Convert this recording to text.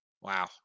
Wow